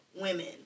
women